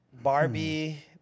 Barbie